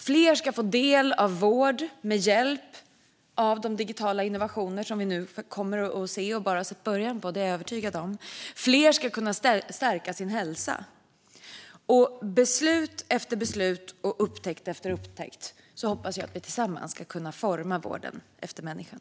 Fler ska få del av vård med hjälp av de digitala innovationer som jag är övertygad om att vi bara har sett början på. Fler ska kunna stärka sin hälsa. Med beslut efter beslut och upptäckt efter upptäckt hoppas jag att vi tillsammans ska kunna forma vården efter människan.